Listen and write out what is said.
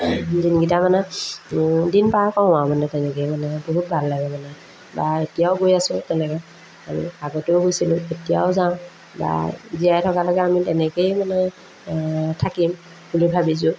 দিনকেইটা মানে দিন পাৰ কৰোঁ আৰু মানে তেনেকৈয়ে মানে বহুত ভাল লাগে মানে বা এতিয়াও গৈ আছোঁ তেনেকৈ আমি আগতেও গৈছিলোঁ এতিয়াও যাওঁ বা জীয়াই থকালৈকে আমি তেনেকৈয়ে মানে থাকিম বুলি ভাবিছোঁ